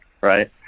Right